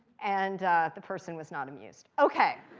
and the person was not amused. ok,